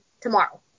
tomorrow